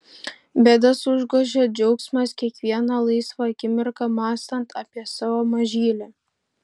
bėdas užgožia džiaugsmas kiekvieną laisvą akimirką mąstant apie savo mažylį